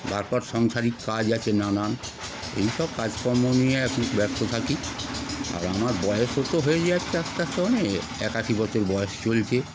বার বার সাংসারিক কাজ আছে নানান এইসব কাজকর্ম নিয়ে এখন ব্যস্ত থাকি আর আমার বয়সও তো হয়ে যাচ্ছে আস্তে আস্তে অনেক একাশি বছর বয়স চলছে